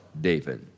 David